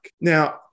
Now